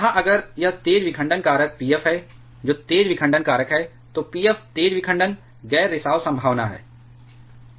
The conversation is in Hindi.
यहाँ अगर यह तेज़ विखंडन कारक Pf है जो तेज़ विखंडन कारक है तो Pf तेज़ विखंडन गैर रिसाव संभावना है